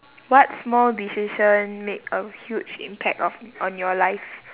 what small decision made a huge impact of on your life